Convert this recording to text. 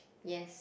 yes